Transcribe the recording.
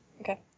Okay